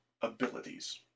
abilities